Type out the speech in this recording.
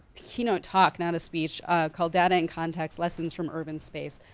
keynote talk not a speech called data in context lessons from urban space.